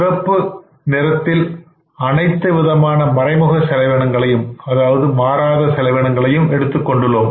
சிவப்பு நகரில் அனைத்து விதமான மறைமுக செலவினங்களையும் மாறாத செலவீனங்களை எடுத்துக் கொண்டுள்ளோம்